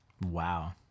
wow